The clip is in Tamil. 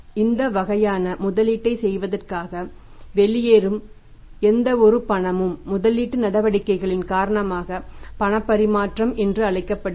இந்த வகையான முதலீட்டைச் செய்வதற்காக வெளியேறும் எந்தவொரு பணமும் முதலீட்டு நடவடிக்கைகளின் காரணமாக பணப்பரிமாற்றம் என்று அழைக்கப்படுகிறது